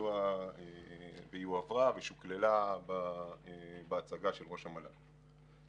והיא הועברה ושוקללה בהצגה של ראש המל"ל.